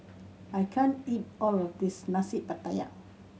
I can't eat all of this Nasi Pattaya